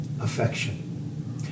affection